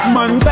Man